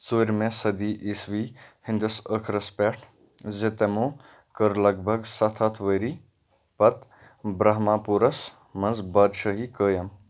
ژوٗرمہِ صٔدی عیٖسوی ہِنٛدِس ٲخرس پیٹھ زِ تِمو کٔر لگ بگ سَتھ ہَتھ ؤری پتہٕ برٛہما پوٗرس منٛز بادشٲہی قٲیِم